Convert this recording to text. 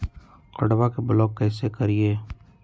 कार्डबा के ब्लॉक कैसे करिए?